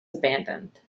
abandoned